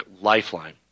lifeline